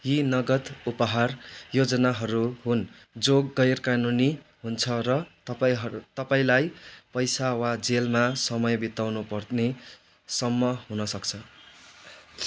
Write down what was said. यी नगद उपहार योजनाहरू हुन् जो गैर कानुनी हुन्छ र तपाईँँहरू तपाईँलाई पैसा वा जेलमा समय बिताउनु पर्ने सम्म हुन सक्छ